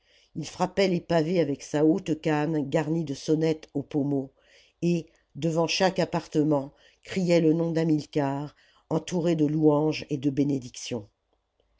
il frappait les pavés avec sa haute canne garnie de sonnettes au pommeau et devant chaque appartement criait le nom d'hamilcar entouré de louanges et de bénédictions